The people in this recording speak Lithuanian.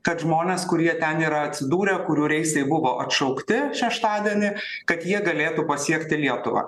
kad žmonės kurie ten yra atsidūrę kurių reisai buvo atšaukti šeštadienį kad jie galėtų pasiekti lietuvą